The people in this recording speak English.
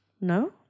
No